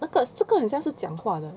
那个这个很像是讲话的